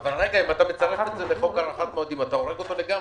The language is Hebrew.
אם אתה מצרף את זה לחוק הארכת מועדים אתה הורג אותו לגמרי,